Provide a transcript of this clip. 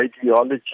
ideology